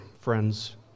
friends